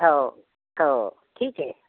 हऊ हऊ ठीक हैं